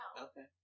Okay